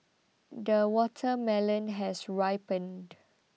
the watermelon has ripened